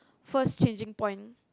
first changing point